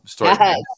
Yes